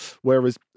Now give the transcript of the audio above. Whereas